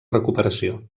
recuperació